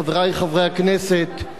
חברי חברי הכנסת,